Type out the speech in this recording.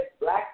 black